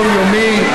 יומיומי,